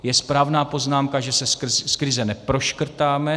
Je správná poznámka, že se z krize neproškrtáme.